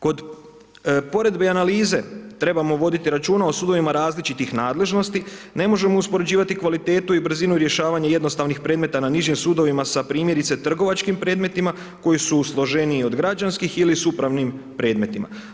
Kod poredbe analize trebamo voditi računa o sudovima različitih nadležnosti, ne možemo uspoređivati kvalitetu i brzinu rješavanja jednostavnih predmeta na nižim sudovima sa primjerice trgovačkim predmetima koji su složeniji od građanskih ili su upravnim predmetima.